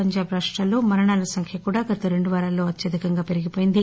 పంజాబ్ రాష్రాల్లో మరణాల సంఖ్య కూడా గత రెండు వారాల్లో అత్యధికంగా పెరిగిపోయింది